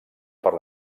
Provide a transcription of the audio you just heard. per